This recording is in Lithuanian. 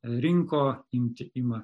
rinko imti ima